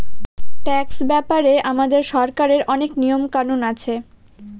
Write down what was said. tax ব্যাপারে আমাদের সরকারের অনেক নিয়ম কানুন আছে